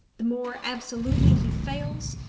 the more absolutely he fails,